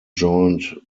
joined